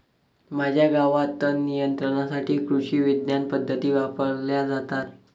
माझ्या गावात तणनियंत्रणासाठी कृषिविज्ञान पद्धती वापरल्या जातात